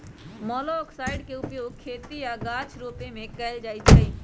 मोलॉक्साइड्स के उपयोग खेती आऽ गाछ रोपे में कएल जाइ छइ